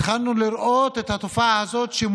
התחלנו לראות את התופעה הזאת,